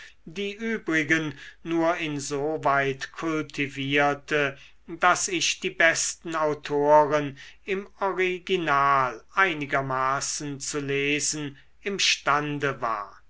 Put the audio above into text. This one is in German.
die übrigen nur insoweit kultivierte daß ich die besten autoren im original einigermaßen zu lesen imstande war